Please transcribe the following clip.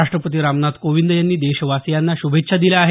राष्ट्रपती रामनाथ कोविंद यांनी देशवासियांना श्भेच्छा दिल्या आहेत